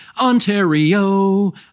Ontario